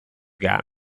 got